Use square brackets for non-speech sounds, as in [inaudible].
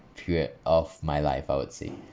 period of my life I would [noise] say